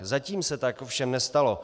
Zatím se tak ovšem nestalo.